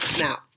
Now